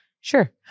sure